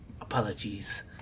apologies